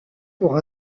pour